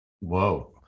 whoa